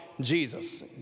Jesus